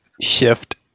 shift